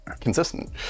consistent